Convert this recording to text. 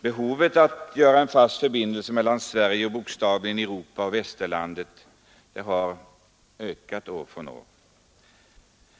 Behovet att göra en fast förbindelse mellan Sverige och, bokstavligen, Europa och Västerlandet har ökat år från år.